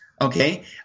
Okay